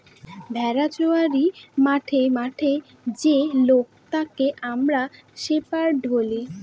ভেড়া চোরাই মাঠে মাঠে যে লোক তাকে আমরা শেপার্ড বলি